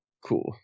Cool